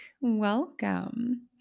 Welcome